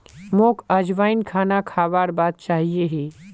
मोक अजवाइन खाना खाबार बाद चाहिए ही